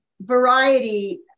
variety